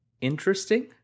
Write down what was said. interesting